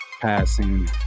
passing